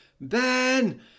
Ben